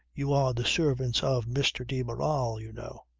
you are the servants of mr. de barral you know.